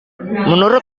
menurut